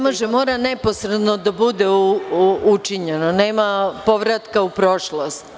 Ne može, mora neposredno da bude učinjeno, nema povratka u prošlost.